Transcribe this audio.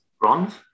bronze